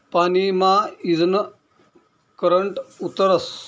पानी मा ईजनं करंट उतरस